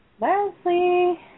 Leslie